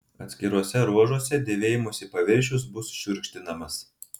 atskiruose ruožuose dėvėjimosi paviršius bus šiurkštinamas